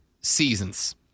seasons